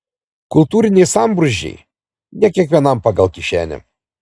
kultūriniai sambrūzdžiai ne kiekvienam pagal kišenę